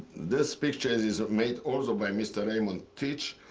this picture is is made also by mr. raymond tisch.